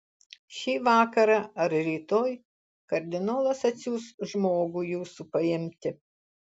šį vakarą ar rytoj kardinolas atsiųs žmogų jūsų paimti